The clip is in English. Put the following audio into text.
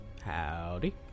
Howdy